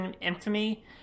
infamy